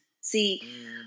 See